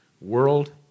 World